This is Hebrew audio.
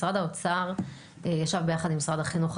משרד האוצר ישב ביחד עם משרדי החינוך,